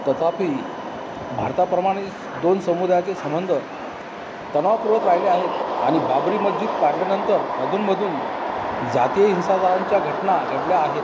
तथापि भारताप्रमाणेस दोन समुदायाचे संबंध तणावपूरत राहिले आहेत आणि बाबरी मज्जिद पाडल्यानंतर अधूनमधून जातीय हिंसाचारांच्या घटना घडल्या आहेत